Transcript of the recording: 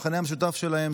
המכנה המשותף שלהם,